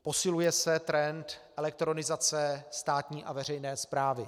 Posiluje se trend elektronizace státní a veřejné správy.